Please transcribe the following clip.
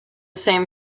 same